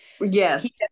Yes